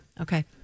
Okay